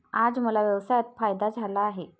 आज मला व्यवसायात फायदा झाला आहे